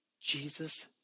Jesus